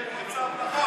תיאר מצב נכון.